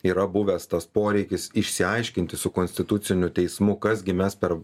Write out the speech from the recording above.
yra buvęs tas poreikis išsiaiškinti su konstituciniu teismu kas gi mes per